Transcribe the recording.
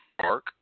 Park